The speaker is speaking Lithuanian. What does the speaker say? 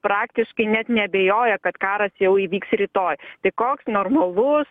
praktiškai net neabejoja kad karas jau įvyks rytoj tai koks normalus